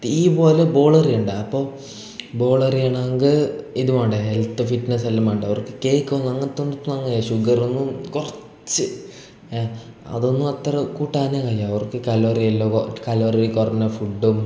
തീ പോലെ ബോളെറിയണ്ട അപ്പോൾ ബോളെറിയണമെങ്കിൽ ഇത് വേണ്ടെ ഹെൽത്ത് ഫിറ്റ്നസ്സെല്ലാം വേണ്ടെ ഓർക്ക് കേക്ക് അങ്ങനത്തൊന്നും ഷുഗറൊന്നും കുറച്ച് അതൊന്നും അത്ര കൂട്ടാനേ കയ്യ അവർക്ക് കലോറി എല്ലാം കലോറി കുറഞ്ഞ ഫുഡ്ഡും